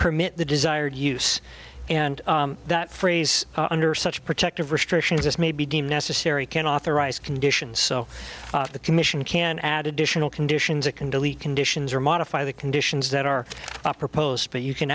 permit the desired use and that phrase under such protective restrictions as may be deemed necessary can authorize conditions so the commission can add additional conditions it can delete conditions or modify the conditions that are proposed but you can